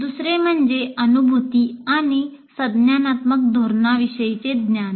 दुसरे म्हणजे अनुभूती आणि संज्ञानात्मक धोरणांविषयीचे ज्ञान